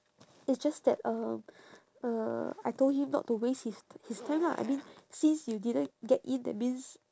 it's just that um uh I told him not to waste his t~ his time lah I mean since you didn't get in that means